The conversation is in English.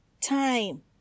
time